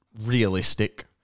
realistic